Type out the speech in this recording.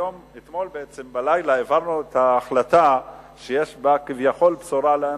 אתמול בלילה העברנו את ההחלטה שיש בה כביכול בשורה לאנשים,